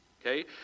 Okay